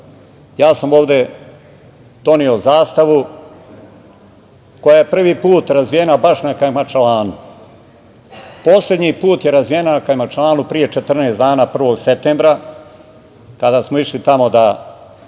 ja sam ovde doneo zastavu koja je prvi put razvijena baš na Kajmakčalanu. Poslednji put je razvijena na Kajmakčalanu pre 14 dana, 1. septembra kada smo išli tamo da